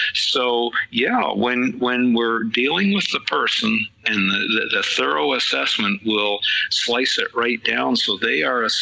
so yeah when when we're dealing with the person in the thorough assessment, will slice it right down, so they are a